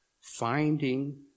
finding